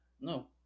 No